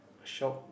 shock